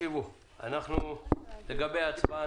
לגבי ההצבעה,